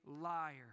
liar